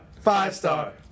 five-star